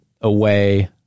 away